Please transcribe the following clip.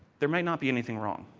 there might not be anything wrong.